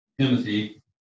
Timothy